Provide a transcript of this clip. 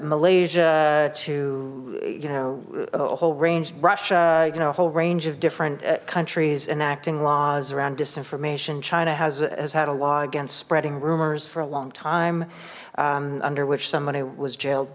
malaysia to you know a whole range russia you know a whole range of different countries enacting laws around disinformation china has had a law against spreading rumors for a long time under which somebody was jail